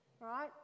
right